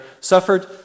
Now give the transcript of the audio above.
suffered